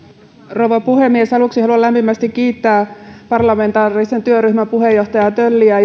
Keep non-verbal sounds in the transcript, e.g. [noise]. rouva puhemies aluksi haluan lämpimästi kiittää parlamentaarisen työryhmän puheenjohtaja tölliä [unintelligible]